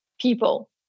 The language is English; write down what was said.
people